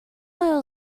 oil